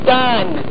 done